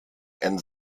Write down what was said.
ein